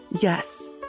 Yes